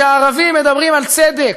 שהערבים מדברים על צדק,